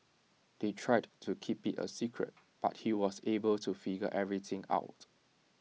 they tried to keep IT A secret but he was able to figure everything out